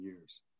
years